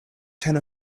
ten